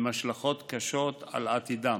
עם השלכות קשות על עתידם.